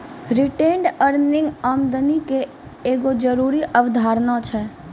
retained earning आमदनी के एगो जरूरी अवधारणा छै